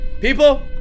people